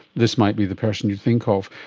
this might be the person you think of.